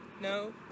no